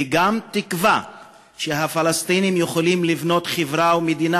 וגם תקווה שהפלסטינים יכולים לבנות חברה ומדינה